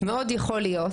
מאוד יכול להיות